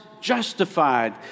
justified